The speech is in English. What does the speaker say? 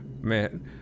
Man